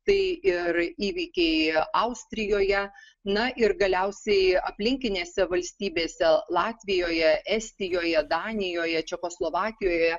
tai ir įvykiai austrijoje na ir galiausiai aplinkinėse valstybėse latvijoje estijoje danijoje čekoslovakijoje